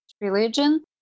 religion